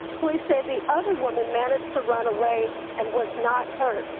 police say the other woman managed to run away and was not hurt.